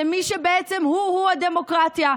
למי שבעצם הוא-הוא הדמוקרטיה,